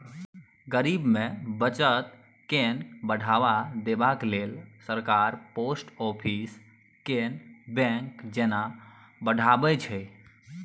गरीब मे बचत केँ बढ़ावा देबाक लेल सरकार पोस्ट आफिस केँ बैंक जेना बढ़ाबै छै